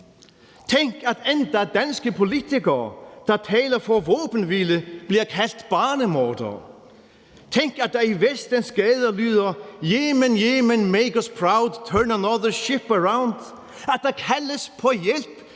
Tænk, at endda danske politikere, der taler for våbenhvile, bliver kaldt barnemordere. Tænk, at der i Vestens gader lyder: »Yemen, Yemen,